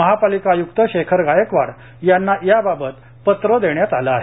महापालिका आयुक्त शेखर गायकवाड यांना याबाबत पत्र देण्यात आले आहे